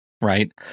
right